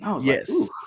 yes